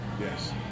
Yes